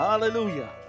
Hallelujah